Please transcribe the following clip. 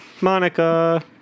Monica